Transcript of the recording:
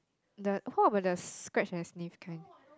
the how about the scratch and sneaker kind